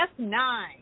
F9